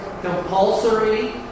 compulsory